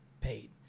paid